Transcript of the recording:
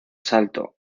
salto